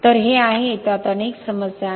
तर हे आहे त्यात अनेक समस्या आहेत